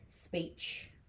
speech